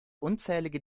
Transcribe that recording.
unzählige